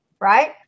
right